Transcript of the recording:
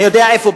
אני יודע איפה,